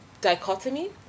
dichotomy